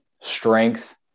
strength